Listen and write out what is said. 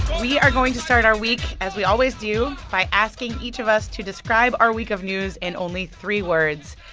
we are going to start our week as we always do by asking each of us to describe our week of news in only three words.